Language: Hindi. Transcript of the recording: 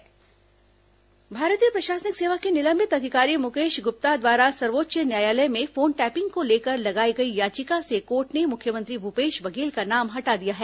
सुको मुकेश गुप्ता भारतीय प्रशासनिक सेवा के निलंबित अधिकारी मुकेश गुप्ता द्वारा सर्वोच्च न्यायालय में फोन टैपिंग को लेकर लगाई गई याचिका से कोर्ट ने मुख्यमंत्री भूपेश बघेल का नाम हटा दिया है